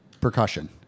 Percussion